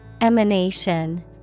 Emanation